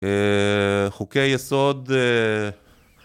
חוקי יסוד